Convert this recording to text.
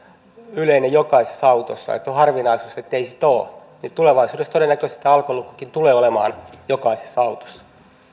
yleinen jokaisessa autossa ja on harvinaisuus ettei sitä ole niin tulevaisuudessa todennäköisesti tämä alkolukkokin tulee olemaan jokaisessa autossa